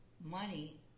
money